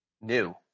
new